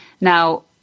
Now